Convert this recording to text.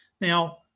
Now